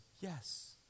yes